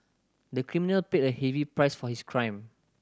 the criminal paid a heavy price for his crime